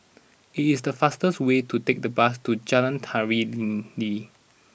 it is fastest way to take the bus to Jalan Tari Lilin